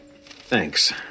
Thanks